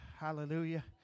Hallelujah